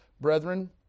Brethren